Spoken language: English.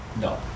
No